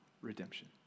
redemption